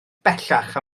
bellach